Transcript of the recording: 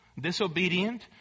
disobedient